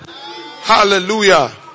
Hallelujah